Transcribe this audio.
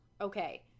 Okay